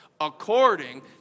According